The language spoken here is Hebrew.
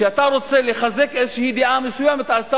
שאתה רוצה לחזק איזושהי דעה מסוימת אז אתה